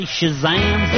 Shazam